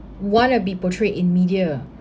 want to be portrayed in media